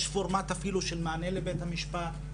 יש פורמט אפילו של מענה לבית המשפט,